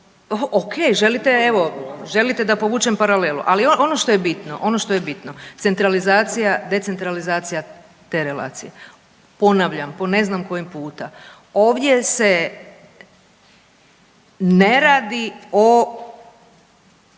Ok, želite da povučem paralelu. Ali ono što je bitno, centralizacija, decentralizacija te relacije, ponavljam po ne znam koji puta ovdje se ne radi o